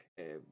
Okay